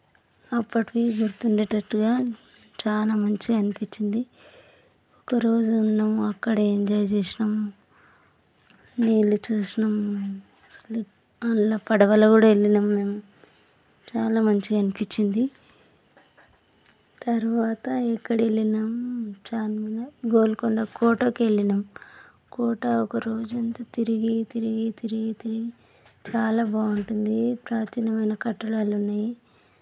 అప్పటివి గుర్తుండేటట్టుగా చాలా మంచిగా అనిపించింది ఒకరోజు ఉన్నాం అక్కడే ఎంజాయ్ చేసినాం నీళ్లు చూసినం దానిలో పడవలో కూడా వెళ్ళినాము మేము చాలా మంచిగా అనిపించింది తర్వాత ఎక్కడ వెళ్ళినాం చార్మినార్ గోల్కొండ కోటకి వెళ్ళినాం కోట ఒక రోజంతా తిరిగి తిరిగి తిరిగి తిరిగి చాలా బాగుంటుంది ప్రాచీనమైన కట్టడాలు ఉన్నాయి